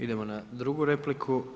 Idemo na drugu repliku.